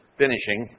finishing